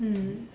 mm